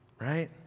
Right